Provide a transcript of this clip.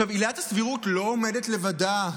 עכשיו, עילת הסבירות לא עומדת לבדה.